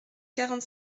quarante